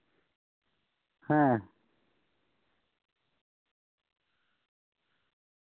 ᱦᱮᱸ